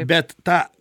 bet tą